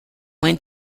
went